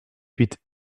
huit